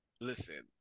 Listen